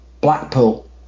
Blackpool